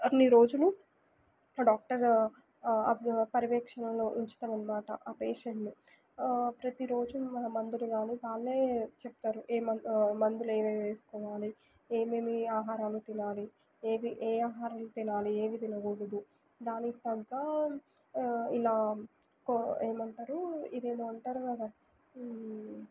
అన్ని రోజులు ఆ డాక్టర్ పర్యవేక్షణలో ఉంచుతారనమాట ఆ పేషెంట్ని ప్రతిరోజు మందులు గానీ వాళ్ళే చెప్తారు ఏ మందు మందు లేవేవేసుకోవాలి ఏమేమి ఆహారాలు తినాలి ఏమేమి ఏ ఆహారం తినాలి ఏమి తినకూడదు దానికి తగ్గ ఇలా కో ఏమంటారు ఇదేమో అంటారు కదా